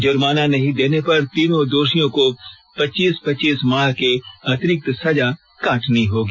जुर्माना नहीं देने पर तीनों दोषियों को पच्चीस पच्चीस माह की अतिरिक्त सजा काटनी होगी